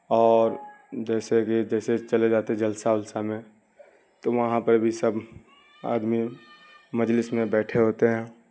اور جیسے کہ جیسے چلے جاتے ہیں جلسہ اولسہ میں تو وہاں پہ بھی سب آدمی مجلس میں بیٹھے ہوتے ہیں